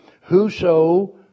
Whoso